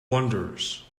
wonders